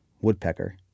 woodpecker